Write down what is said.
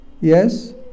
yes